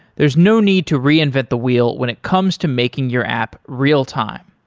there's no need to reinvent the wheel when it comes to making your app real-time.